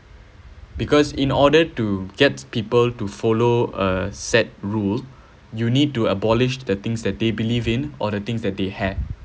because in order to get people to follow a set rule you need to abolish the things that they believe in or the things that they had